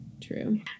true